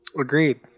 Agreed